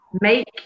make